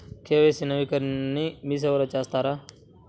KYC నవీకరణని మీసేవా కేంద్రం లో చేస్తారా?